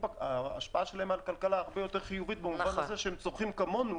ההשפעה שלהם על הכלכלה הרבה יותר חיובית במובן הזה שהם צורכים כמונו